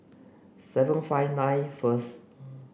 seven five nine first